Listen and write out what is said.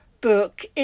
book